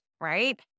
right